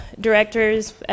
directors